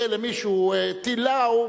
אם יהיה למישהו ברחביה טיל "לאו",